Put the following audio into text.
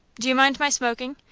do you mind my smoking?